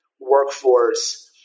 workforce